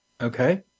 Okay